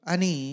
Ani